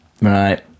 Right